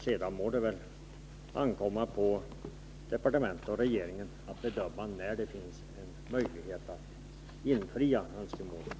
Sedan må det väl ankomma på departementet och regeringen att bedöma när det finns möjlighet att infria önskemålen.